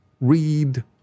read